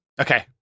Okay